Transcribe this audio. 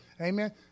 Amen